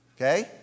okay